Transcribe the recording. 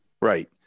Right